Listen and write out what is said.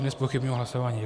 Nezpochybňuji hlasování.